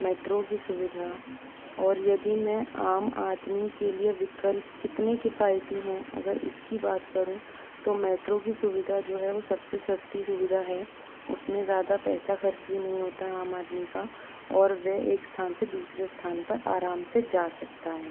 metro की सुविधा और यदि मैं आम आदमी के लिए विकल्प कितने किफ़ायती हैं अगर इसकी बात करूं तो मेट्रो की सुविधा जो है वो सबसे सस्ती सुविधा है उसमें ज़्यादा पैसा खर्च भी नहीं होता आम आदमी का और वह एक स्थान से दूसरे स्थान पर आराम से जा सकता है